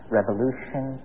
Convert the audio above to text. revolution